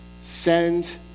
send